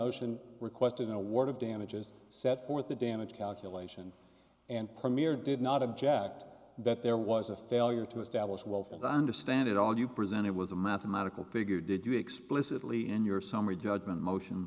motion requested an award of damages set forth the damage calculation and premier did not object that there was a failure to establish well as i understand it all you presented was a mathematical figure did you explicitly in your summary judgment motion